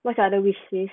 what's your other wishes